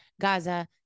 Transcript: Gaza